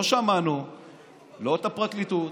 לא שמענו לא את הפרקליטות,